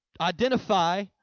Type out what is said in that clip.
identify